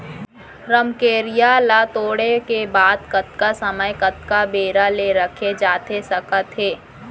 रमकेरिया ला तोड़े के बाद कतका समय कतका बेरा ले रखे जाथे सकत हे?